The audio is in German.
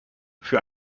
für